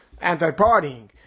anti-partying